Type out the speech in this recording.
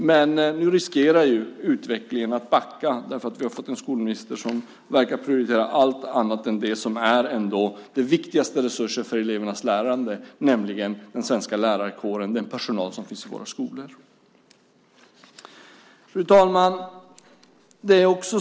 Men nu riskerar utvecklingen att backa därför att vi har fått en skolminister som verkar prioritera allt annat än det som ändå är den viktigaste resursen för elevernas lärande, nämligen den svenska lärarkåren, den personal som finns i våra skolor. Fru talman!